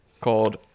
called